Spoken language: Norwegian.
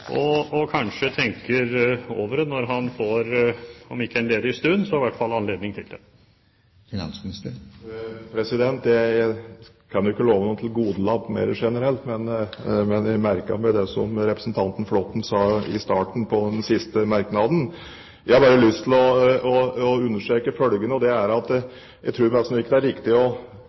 og kanskje tenker over det når han får om ikke en ledig stund, så i hvert fall anledning til det. Jeg kan jo ikke love noen tilgodelapp mer generelt, men jeg merket meg det som representanten Flåtten sa i starten på den siste merknaden. Jeg har bare lyst til å understreke følgende: Jeg tror ikke det er